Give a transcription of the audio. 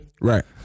right